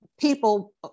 people